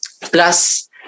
Plus